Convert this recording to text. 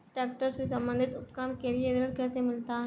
Tractor से संबंधित उपकरण के लिए ऋण कैसे मिलता है?